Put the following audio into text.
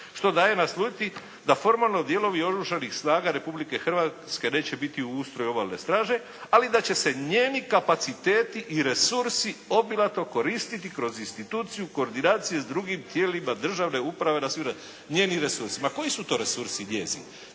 što daje naslutiti da formalno dijelovi Oružanih snaga Republike Hrvatske neće biti u ustroju Obalne straže, ali da će se njeni kapaciteti i resursi obilato koristiti kroz instituciju koordinacije s drugim tijelima državne uprave … Njeni resursi. Ma koji su to resursi njezini?